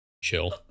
chill